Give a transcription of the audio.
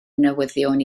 newyddion